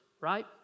right